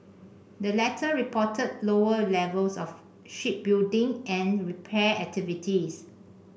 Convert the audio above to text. the latter reported lower levels of shipbuilding and repair activities